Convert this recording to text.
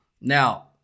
Now